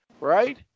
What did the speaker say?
right